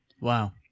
wow